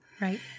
right